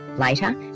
Later